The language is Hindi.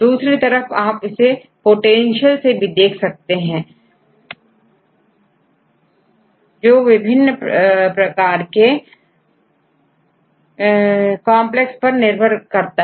दूसरी तरफ आप इसे पोटेंशियल से भी देख सकते हैं जो विभिन्न प्रकार के कंपलेक्स पर निर्भर करता है